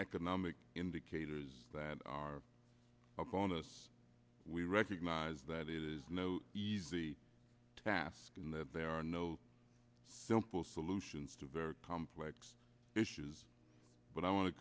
economic indicators that are upon us we recognize that it is no easy task in that there are no simple solutions to very complex issues but i wan